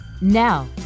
now